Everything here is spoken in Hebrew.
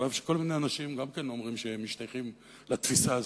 אף שכל מיני אנשים גם כן אומרים שהם משתייכים לתפיסה הזאת,